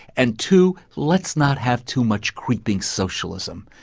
and two, let's not have too much creeping socialism.